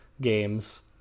games